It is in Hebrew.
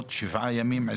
והינה, יש אחד במרכז.